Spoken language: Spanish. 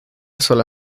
sola